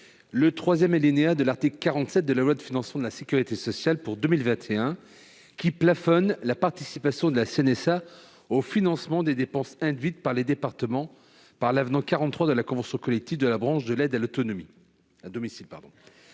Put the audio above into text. le troisième alinéa de l'article 47 de la loi de financement de la sécurité sociale pour 2021, qui plafonne la participation de la CNSA au financement des dépenses induites pour les départements par l'avenant n° 43 de la convention collective de la branche de l'aide à domicile.